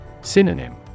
Synonym